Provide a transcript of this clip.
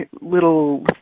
little